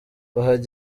igihe